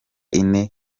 ine